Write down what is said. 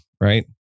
right